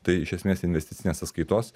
tai iš esmės investicinės sąskaitos